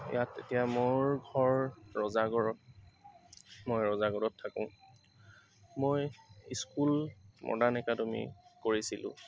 ইয়াত এতিয়া মোৰ ঘৰ ৰজাগড়ত মই ৰজাগড়ত থাকোঁ মই স্কুল মডাৰ্ণ একাডেমি কৰিছিলো